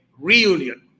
reunion